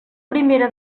primera